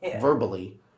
verbally